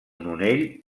nonell